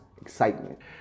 excitement